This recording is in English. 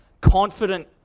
Confident